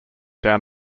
down